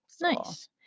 nice